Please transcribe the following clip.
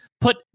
put